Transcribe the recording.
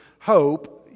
hope